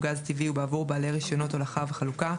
גז טבעי ובעבור בעלי רישיונות הולכה וחלוקה,